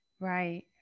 Right